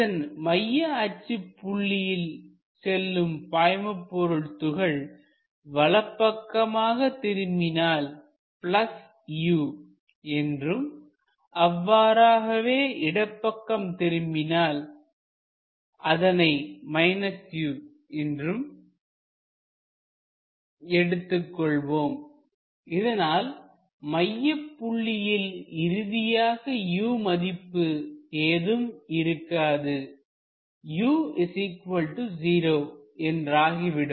இதன் மைய அச்சு புள்ளியில் செல்லும் பாய்மபொருள் துகள் வலப்பக்கமாக திரும்பினால் U என்றும் அவ்வாறாகவே இடப்பக்கம் திரும்பினால் அதனை U இன்றும் எடுத்துக்கொள்வோம் இதனால் மையப்புள்ளியில் இறுதியாக u மதிப்பு ஏதும் இருக்காது u0 என்றாகிவிடும்